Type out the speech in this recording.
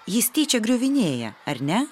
jis tyčia griuvinėja ar ne